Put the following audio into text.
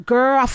Girl